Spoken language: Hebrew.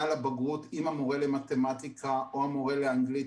לבגרות עם המורה למתמטיקה או המורה לאנגלית,